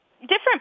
Different